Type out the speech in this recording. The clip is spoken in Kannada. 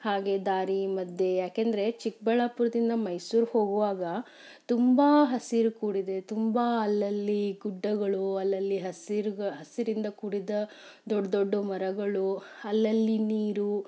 ಹಾಗೆ ದಾರಿ ಮಧ್ಯೆ ಯಾಕೆಂದರೆ ಚಿಕ್ಕಬಳ್ಳಾಪುರ್ದಿಂದ ಮೈಸೂರು ಹೋಗುವಾಗ ತುಂಬ ಹಸಿರು ಕೂಡಿದೆ ತುಂಬ ಅಲ್ಲಲ್ಲಿ ಗುಡ್ಡಗಳು ಅಲ್ಲಲ್ಲಿ ಹಸಿರ್ಗೆ ಹಸಿರಿಂದ ಕೂಡಿದ ದೊಡ್ಡ ದೊಡ್ಡ ಮರಗಳು ಅಲ್ಲಲ್ಲಿ ನೀರು